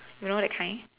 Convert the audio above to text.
you know that kind